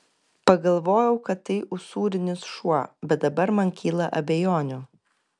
pagalvojau kad tai usūrinis šuo bet dabar man kyla abejonių